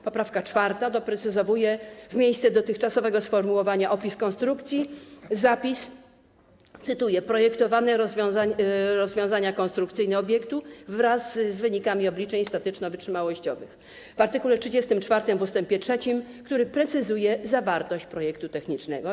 Poprawka 4. doprecyzowuje w miejsce dotychczasowego sformułowania „opis konstrukcji” zapis, cytuję, „projektowane rozwiązania konstrukcyjne obiektu wraz z wynikami obliczeń statyczno-wytrzymałościowych” w art. 34 w ust. 3, który precyzuje zawartość projektu technicznego.